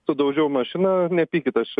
sudaužiau mašina nepykit aš